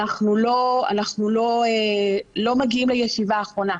אנחנו לא מגיעים לישיבה האחרונה.